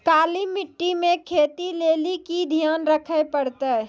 काली मिट्टी मे खेती लेली की ध्यान रखे परतै?